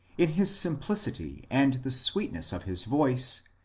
in his simplicity, and the sweetness of his voice,